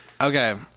Okay